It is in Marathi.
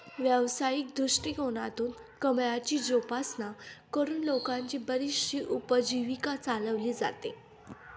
व्यावसायिक दृष्टिकोनातून कमळाची जोपासना करून लोकांची बरीचशी उपजीविका चालवली जाते